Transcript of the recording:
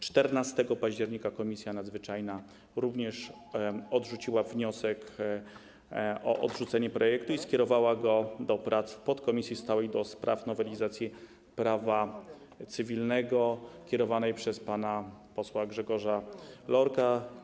14 października Komisja Nadzwyczajna również odrzuciła wniosek o odrzucenie projektu i skierowała go do prac w podkomisji stałej do spraw nowelizacji prawa cywilnego kierowanej przez pana posła Grzegorza Lorka.